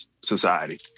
Society